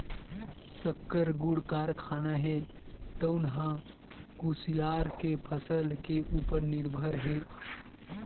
सक्कर, गुड़ कारखाना हे तउन ह कुसियार के फसल के उपर निरभर हे